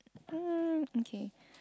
mm okay